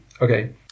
Okay